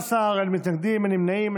בעד, 15, אין מתנגדים, אין נמנעים.